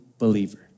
believer